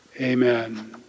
Amen